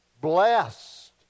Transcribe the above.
blessed